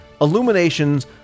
Illuminations